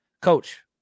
Coach